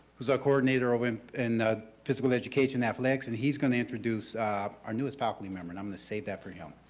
who's a coordinator over in in the physical education athletics, and he's gonna introduce our newest faculty member and i'm gonna save that for him.